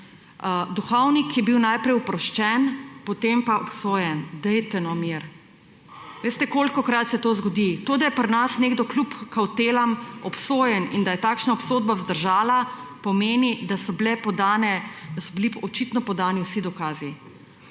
Duhovnik je bil najprej oproščen, potem pa obsojen. Dajte no mir?! Veste, kolikokrat se to zgodi? To, da je pri nas nekdo kljub kavtelam obsojen in da je takšna obsodba vzdržala, pomeni, da so bili očitno podani vsi dokazi.